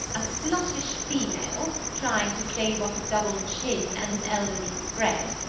a sluttish female, trying to stave off a double chin and an elderly spread,